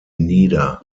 nieder